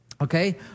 Okay